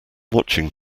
watching